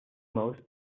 most